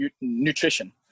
nutrition